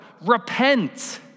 repent